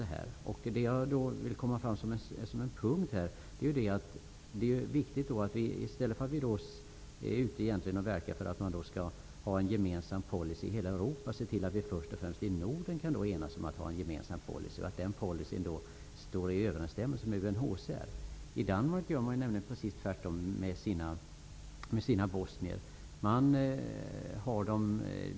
Därför är det viktigt att vi i stället för att verka för en gemensam policy i hela Europa ser till att vi först och främst kan enas om en gemensam policy i Norden, vilken skall vara i överensstämmelse med UNHCR:s. I Danmark gör man helt annorlunda med bosnierna.